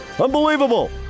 Unbelievable